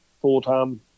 full-time